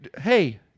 Hey